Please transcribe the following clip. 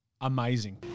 amazing